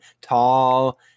tall